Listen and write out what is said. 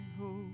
hope